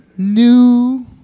New